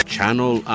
Channel